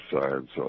Science